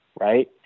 right